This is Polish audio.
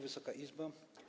Wysoka Izbo!